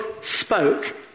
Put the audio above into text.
spoke